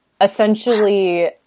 essentially